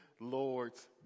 Lord's